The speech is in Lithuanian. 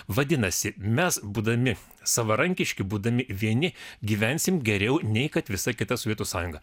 vadinasi mes būdami savarankiški būdami vieni gyvensim geriau nei kad visa kita sovietų sąjunga